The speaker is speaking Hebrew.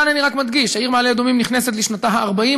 כאן אני רק מדגיש: העיר מעלה-אדומים נכנסת לשנתה ה-40,